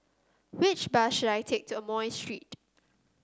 which bus should I take to Amoy Street